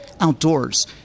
outdoors